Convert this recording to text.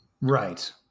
Right